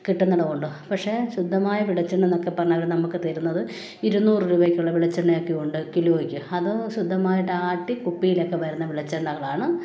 കിട്ടുന്നുണ്ട് പക്ഷേ ശുദ്ധമായ വെളിച്ചെണ്ണയെന്നൊക്കെ പറഞ്ഞവർ നമുക്ക് തരുന്നത് ഇരുന്നൂറ് രൂപയ്ക്കുള്ള വെളിച്ചെണ്ണയൊക്കെ ഉണ്ട് കിലോയ്ക്ക് അത് ശുദ്ധമായിട്ടാട്ടി കുപ്പിയിലൊക്കെ വരുന്ന വെളിച്ചെണ്ണകളാണ്